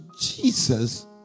Jesus